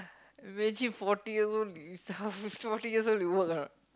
imagine forty years old you stuff forty years old you work or not